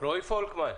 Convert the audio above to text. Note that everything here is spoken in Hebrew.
רועי פולקמן.